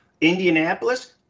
Indianapolis